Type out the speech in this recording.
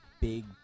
Big